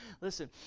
Listen